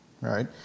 right